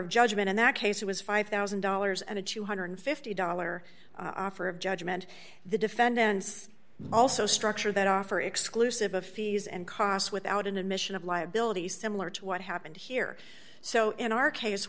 of judgment in that case it was five thousand dollars and a two hundred and fifty dollars offer of judgment the defendants also structure that offer exclusive of fees and costs without an admission of liability similar to what happened here so in our case